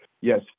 yes